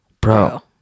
Bro